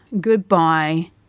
Goodbye